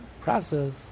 process